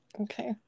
Okay